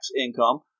income